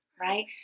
right